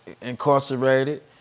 incarcerated